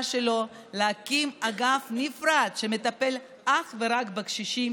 שלו להקים אגף נפרד שמטפל אך ורק בקשישים.